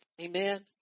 Amen